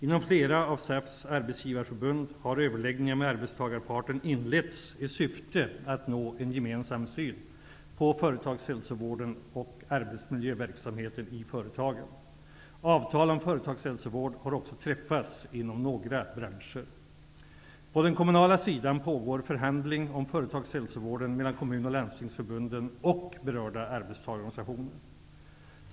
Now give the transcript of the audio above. Inom flera av SAF:s arbetsgivarförbund har överläggningar med arbetstagarparten inletts i syfte att nå en gemensam syn på företagshälsovården och arbetsmiljöverksamheten i företagen. Avtal om företagshälsovård har också träffats inom några branscher. På den kommunala sidan pågår förhandling om företagshälsovården mellan kommun och landstingsförbunden och berörda arbetstagarorganisationer.